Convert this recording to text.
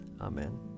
Amen